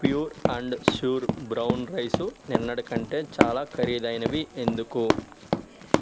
pure and sure brown rice నిన్నటి కంటే చాలా ఖరీదైనవి ఎందుకు